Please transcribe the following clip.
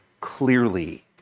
clearly